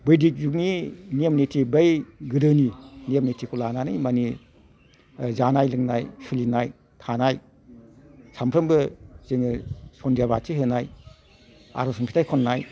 बैदिग जुगनि नियम निथि बै गोदोनि नियम निथिखौ लानानै मानि जानाय लोंनाय मानि सोलिनाय थानाय सानफ्रोमबो जोङो सनदिया बाथि होनाय आर'ज मेथाय खननाय